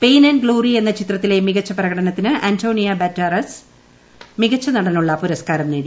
pain and glory എന്ന ചിത്രത്തിലെ മികച്ച പ്രകടനത്തിന് അന്റോണിയോ ബാന്ററാസ് മികച്ച നടനുള്ള പുരസ്കാരം നേടി